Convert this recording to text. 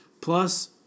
Plus